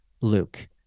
Luke